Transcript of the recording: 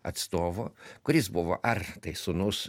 atstovo kuris buvo ar tai sūnus